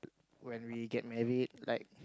when we get married like